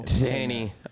Danny